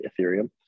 ethereum